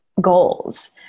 goals